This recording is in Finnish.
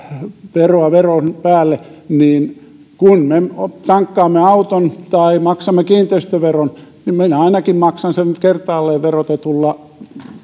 veroa veron päälle niin kun me tankkaamme auton tai maksamme kiinteistöveron niin minä ainakin maksan sen kertaalleen verotetulla